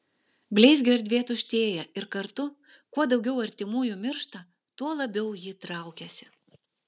bleizgio erdvė tuštėja ir kartu kuo daugiau artimųjų miršta tuo labiau ji traukiasi